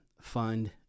fund